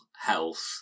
health